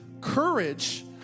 courage